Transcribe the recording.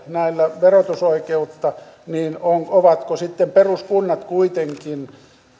näillä verotusoikeutta niin ovatko sitten peruskunnat kuitenkin